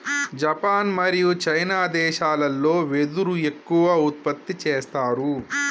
Japan మరియు China దేశాలల్లో వెదురు ఎక్కువ ఉత్పత్తి చేస్తారు